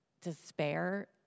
despair